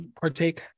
partake